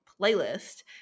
playlist